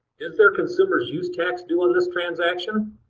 is there consumer's use tax due on this transaction?